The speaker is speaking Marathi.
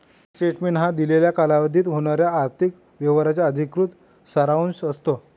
बँक स्टेटमेंट हा दिलेल्या कालावधीत होणाऱ्या आर्थिक व्यवहारांचा अधिकृत सारांश असतो